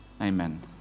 Amen